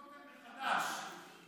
לחוקק את החוק מחדש.